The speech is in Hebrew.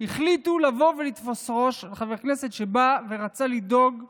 החליטו לבוא ולתפוס ראש על חבר כנסת שבא ורצה לדאוג לפריפריה.